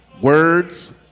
words